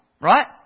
right